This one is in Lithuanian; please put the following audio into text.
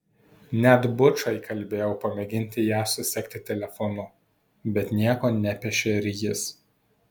net bučą įkalbėjau pamėginti ją susekti telefonu bet nieko nepešė ir jis